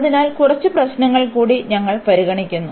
അതിനാൽ കുറച്ച് പ്രശ്നങ്ങൾ കൂടി ഞങ്ങൾ പരിഗണിക്കുന്നു